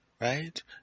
right